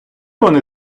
вони